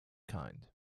kind